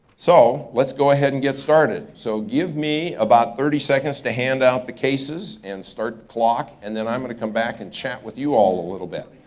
so let's go ahead and get started. so give me about thirty seconds to hand out the cases, and start the clock, and then i'm gonna come back, and chat with you all a little bit.